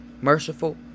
merciful